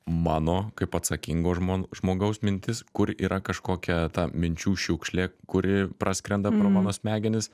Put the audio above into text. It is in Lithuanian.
mano kaip atsakingo žmon žmogaus mintis kur yra kažkokia ta minčių šiukšlė kuri praskrenda pro mano smegenis